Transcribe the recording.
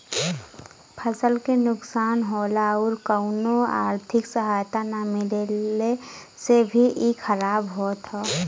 फसल के नुकसान होला आउर कउनो आर्थिक सहायता ना मिलले से भी इ खराब होत हौ